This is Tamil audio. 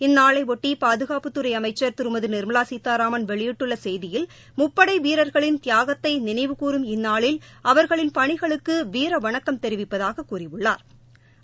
இந்நாளையொட்டி பாதுகாப்புத்துறை அமைச்சர் திருமதி நிர்மலா சீதாராமன் வெளியிட்டுள்ள செய்தியில் முப்படை வீரர்களின் தியாகத்தை நினைவுகூறும் இந்நாளில் அவர்களின் பணிகளுக்கு வீரவணக்கம் தெரிவிப்பதாக் கூறியுள்ளாா்